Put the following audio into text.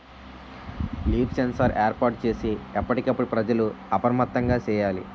leaf sensor ఏర్పాటు చేసి ఎప్పటికప్పుడు ప్రజలు అప్రమత్తంగా సేయాలి